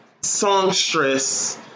songstress